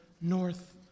north